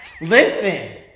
Listen